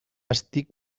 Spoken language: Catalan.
estic